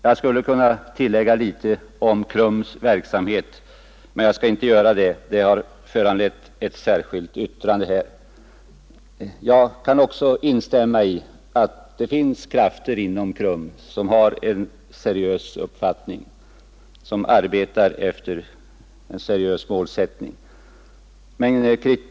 Jag skulle kunna tillägga något om KRUM:s verksamhet, men jag skall inte göra det eftersom det finns ett särskilt yttrande. Jag kan också instämma i att det finns krafter inom KRUM som arbetar efter en seriös målsättning.